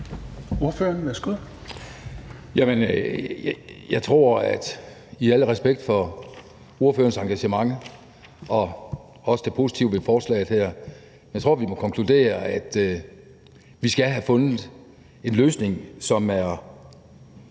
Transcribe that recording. (S): Jamen jeg tror, med al respekt for ordførerens engagement og også det positive ved forslaget her, at vi må konkludere, at vi skal have fundet en løsning, som er